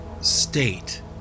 state